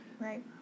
Right